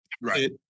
Right